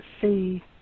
see